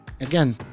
again